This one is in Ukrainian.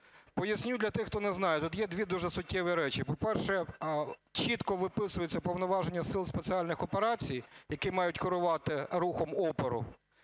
Поясню для тих, хто не знає, тут є дві дуже суттєві речі. По-перше, чітко виписуються повноваження Сил спеціальних операцій, які мають корувати рухом опору,